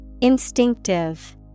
Instinctive